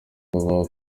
kuvuga